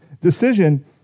decision